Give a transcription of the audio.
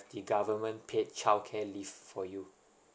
the government paid childcare leave for you